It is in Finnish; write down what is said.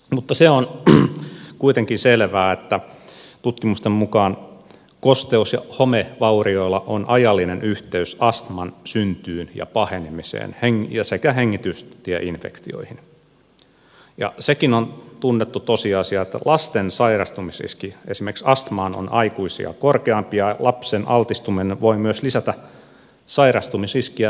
mutta se on kuitenkin selvää että tutkimusten mukaan kosteus ja homevaurioilla on ajallinen yhteys astman syntyyn ja pahenemiseen sekä hengitystieinfektioihin ja sekin on tunnettu tosiasia että lasten sairastumisriski esimerkiksi astmaan on aikuisia korkeampi ja lapsen altistuminen voi myös lisätä sairastumisriskiä myöhemmässä iässä